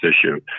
issue